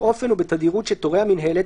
באופן ובתדירות שתורה המינהלת,